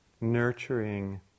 nurturing